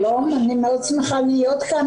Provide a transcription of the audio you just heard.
שלום, אני מאוד שמחה להיות כאן.